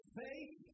faith